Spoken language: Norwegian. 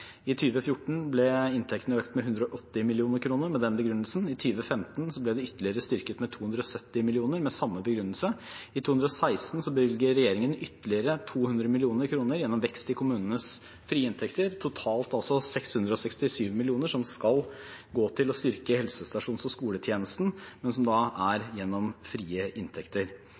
I 2014 ble inntektene økt med 180 mill. kr med den begrunnelsen. I 2015 ble det ytterligere styrket med 270 mill. kr med samme begrunnelse. I 2016 bevilger regjeringen ytterligere 200 mill. kr gjennom vekst i kommunenes frie inntekter, totalt 667 mill. kr som skal gå til å styrke helsestasjons- og skolehelsetjenesten, men som da er gjennom frie inntekter.